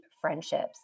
friendships